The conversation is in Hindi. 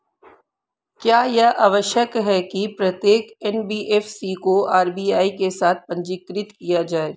क्या यह आवश्यक है कि प्रत्येक एन.बी.एफ.सी को आर.बी.आई के साथ पंजीकृत किया जाए?